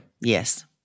Yes